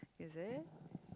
is it